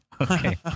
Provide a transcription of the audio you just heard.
Okay